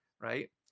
right